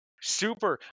Super